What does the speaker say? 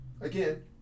again